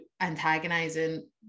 antagonizing